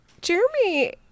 Jeremy